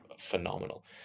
Phenomenal